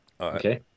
Okay